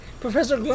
Professor